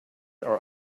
our